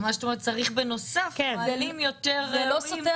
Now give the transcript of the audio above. מה שאת אומרת זה שצריך בנוסף נהלים יותר ברורים במרכזים האקוטיים.